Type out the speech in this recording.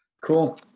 cool